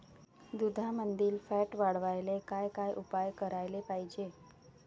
दुधामंदील फॅट वाढवायले काय काय उपाय करायले पाहिजे?